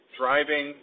driving